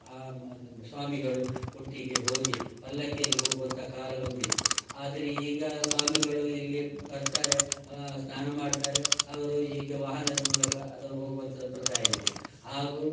ಆ ಸ್ವಾಮಿಗಳು ಒಟ್ಟಿಗೆ ಹೋಗಿ ಪಲ್ಲಕ್ಕಿಯಲ್ಲಿ ಹೋಗುವಂಥ ಕಾಲವೊಂದಿತ್ತು ಆದರೆ ಈಗ ಸ್ವಾಮಿಗಳು ಇಲ್ಲಿಯೇ ಬರ್ತಾರೆ ಸ್ನಾನ ಮಾಡ್ತಾರೆ ಅವರು ಈಗ ವಾಹನದ ಮೂಲಕ ಅದ್ರಲ್ಲಿ ಹೋಗುವಂಥ ಸಂಪ್ರದಾಯ ಇದೆ ಹಾಗೂ